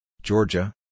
Georgia